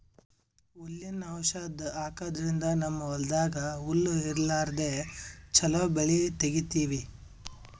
ಹುಲ್ಲಿನ್ ಔಷಧ್ ಹಾಕದ್ರಿಂದ್ ನಮ್ಮ್ ಹೊಲ್ದಾಗ್ ಹುಲ್ಲ್ ಇರ್ಲಾರ್ದೆ ಚೊಲೋ ಬೆಳಿ ತೆಗೀತೀವಿ